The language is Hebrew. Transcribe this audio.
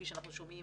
כפי שאנחנו שומעים,